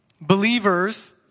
believers